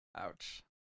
Ouch